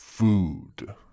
Food